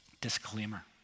Disclaimer